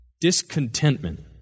Discontentment